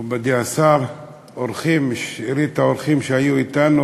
מכובדי השר, אורחים, שארית האורחים שהיו אתנו